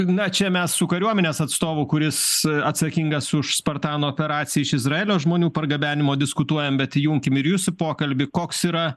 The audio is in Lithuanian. na čia mes su kariuomenės atstovu kuris atsakingas už spartan operaciją iš izraelio žmonių pargabenimo diskutuojam bet įjunkim ir jus į pokalbį koks yra